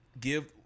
give